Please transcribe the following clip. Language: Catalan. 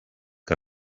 que